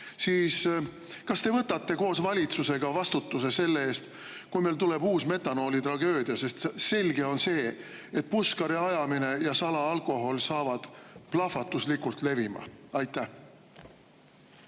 siis kas te võtate koos valitsusega vastutuse ka selle eest, kui meile tuleb uus metanoolitragöödia? Sest selge on see, et puskariajamine ja salaalkohol saavad plahvatuslikult levima